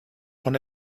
von